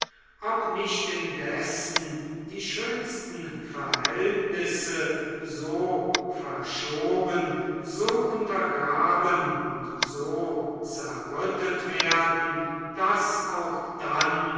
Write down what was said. ob nicht indessen die schönsten verhältnisse so verschoben so untergraben und zerrüttet werden daß auch dann